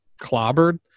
clobbered